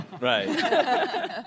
Right